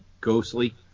ghostly